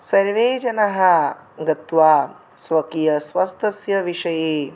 सर्वे जनाः गत्वा स्वकीयस्वस्थ्यस्य विषये